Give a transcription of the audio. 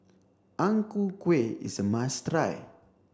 Ang Ku Kueh is a must try